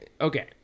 okay